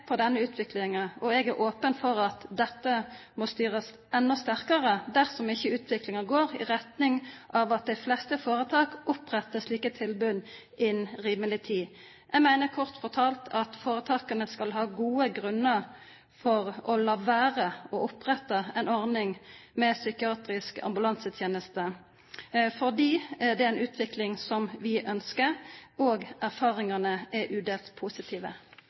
og jeg er åpen for at dette må styres enda sterkere, dersom ikke utviklingen går i retning av at de fleste foretak oppretter slike tilbud innen rimelig tid. Jeg mener kort fortalt at foretakene skal ha gode grunner for å la være å opprette en ordning med psykiatrisk ambulansetjeneste, fordi det er en utvikling som vi ønsker, og erfaringene er udelt positive.